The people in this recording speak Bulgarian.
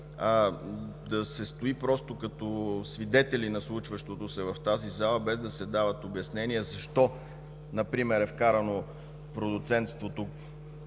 – да се стои просто като свидетели на случващото се в тази зала, без да се дават обяснения защо например е вкарано продуцентството